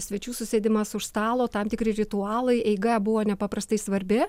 svečių susėdimas už stalo tam tikri ritualai eiga buvo nepaprastai svarbi